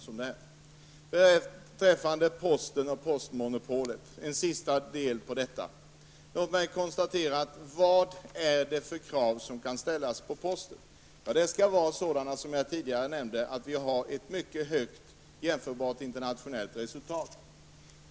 Beträffande Posten och postmonopolet: Vad är det för krav som kan ställas på Posten? Som jag tidigare nämnde har vi vid internationell jämförelse nått ett mycket gott resultat.